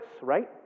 right